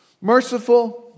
merciful